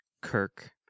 Kirk